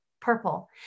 purple